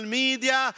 media